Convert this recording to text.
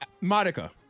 Monica